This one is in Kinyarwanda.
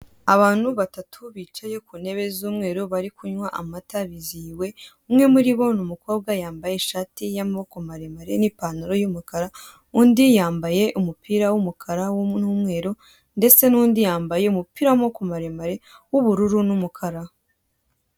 Abantu batatu bicaye ku ntebe z'umweru, bari kunywa amata, bizihiwe, umwe muri bo ni umukobwa, yambaye ishati y'amaboko maremare n'ipantaro y'umukara, undi yambaye umupira w'umukara n'umweru, ndetse n'undi yambaye umupira w'amaboko maremare, w'ubururu n'umukara.